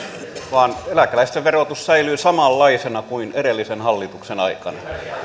vaan eläkeläisten verotus säilyy samanlaisena kuin edellisen hallituksen aikana